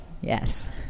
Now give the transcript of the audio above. Yes